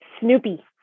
Snoopy